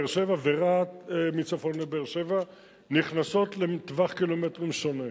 באר-שבע ורהט מצפון לבאר-שבע נכנסות לטווח קילומטרים שונה,